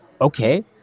okay